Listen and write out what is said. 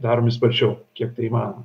daromi sparčiau kiek tai įmanoma